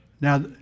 Now